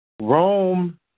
Rome